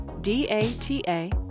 D-A-T-A